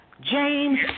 James